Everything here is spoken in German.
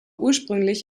ursprünglich